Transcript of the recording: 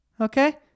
Okay